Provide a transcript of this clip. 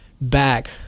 back